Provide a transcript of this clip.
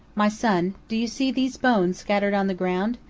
my son, do you see these bones scattered on the ground?